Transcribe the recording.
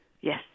Yes